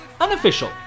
unofficial